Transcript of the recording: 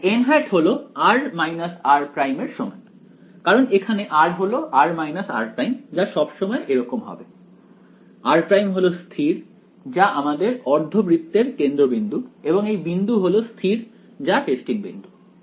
তাই হল r r′ এর সমান কারণ এখানে r হল r r′ যা সবসময় এরকম হবে r' হল স্থির যা আমাদের অর্ধবৃত্তের কেন্দ্রবিন্দু এবং এই বিন্দু হল স্থির যা টেস্টিং বিন্দু